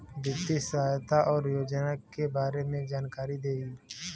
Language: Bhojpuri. वित्तीय सहायता और योजना के बारे में जानकारी देही?